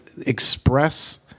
express